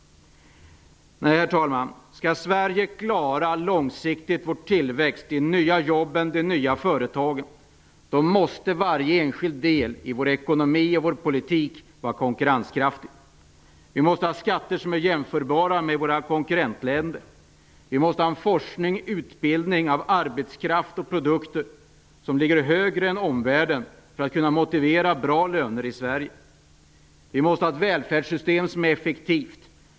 Nej, herr talman, om Sverige långsiktigt skall klara vår tillväxt, de nya jobben och de nya föreetagen måste varje enskild del i vår ekonomi och vår politik vara konkurrenskraftig. Vi måste ha skatter som är jämförbara med våra konkurrentländers. Vi måste ha en forskning och utbildning av arbetskraft och produkter som ligger högre än i omvärlden för att kunna motivera bra löner i Sverige. Vi måste ha ett välfärdssystem som är effektivt.